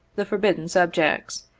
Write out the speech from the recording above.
the forbidden subjects,